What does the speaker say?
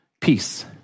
peace